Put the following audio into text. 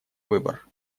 выбор